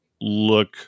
look